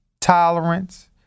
tolerance